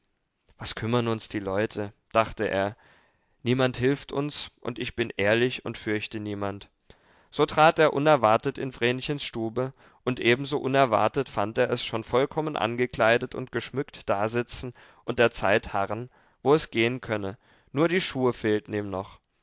was kümmern uns die leute dachte er niemand hilft uns und ich bin ehrlich und fürchte niemand so trat er unerwartet in vrenchens stube und ebenso unerwartet fand er es schon vollkommen angekleidet und geschmückt dasitzen und der zeit harren wo es gehen könne nur die schuhe fehlten ihm noch